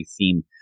theme